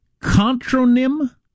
Contronym